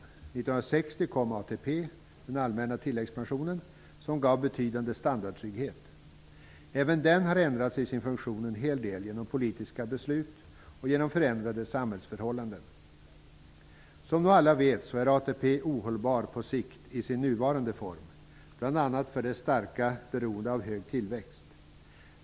1960 kom ATP -- den allmänna tilläggspensionen -- som gav betydande standardtrygghet. Även den har ändrats en hel del i sin funktion genom politiska beslut och genom förändrade samhällsförhållanden. Som alla nog vet är ATP ohållbart på sikt i sin nuvarande form, bl.a. för dess starka beroende av hög tillväxt.